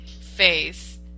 face